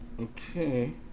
Okay